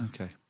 Okay